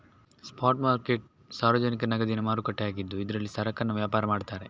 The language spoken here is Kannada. ಸ್ಪಾಟ್ ಮಾರ್ಕೆಟ್ ಸಾರ್ವಜನಿಕ ನಗದಿನ ಮಾರುಕಟ್ಟೆ ಆಗಿದ್ದು ಇದ್ರಲ್ಲಿ ಸರಕನ್ನ ವ್ಯಾಪಾರ ಮಾಡ್ತಾರೆ